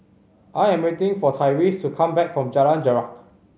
I am waiting for Tyrese to come back from Jalan Jarak